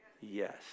yes